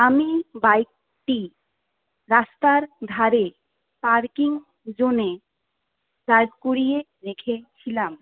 আমি বাইকটি রাস্তার ধারে পার্কিং জোনে দাঁড় করিয়ে রেখেছিলাম